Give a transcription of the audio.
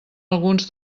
alguns